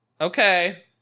Okay